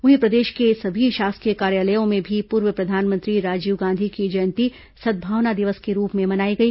वहीं प्रदेश के सभी शासकीय कार्यालयों में भी पूर्व प्रधानमंत्री राजीव गांधी की जयंती सदभावना दिवस के रूप में मनाई गई